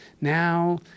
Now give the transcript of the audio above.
now